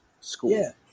school